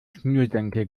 schnürsenkel